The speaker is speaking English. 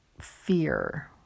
fear